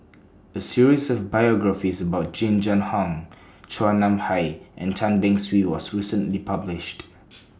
A series of biographies about Jing Jun Hong Chua Nam Hai and Tan Beng Swee was recently published